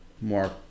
more